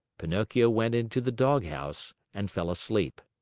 pinocchio went into the doghouse and fell asleep.